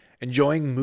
enjoying